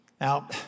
Now